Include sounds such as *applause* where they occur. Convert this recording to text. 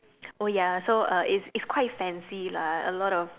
*noise* oh ya so uh it's it's quite fancy lah a lot of